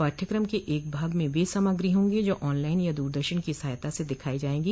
पाठ्यक्रम के एकभाग में वे सामग्री होगी जो ऑनलाइन या दूरदर्शन की सहायता दिखाई जायेगी